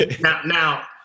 Now